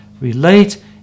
relate